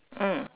mm